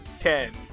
Ten